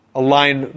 align